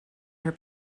her